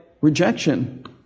rejection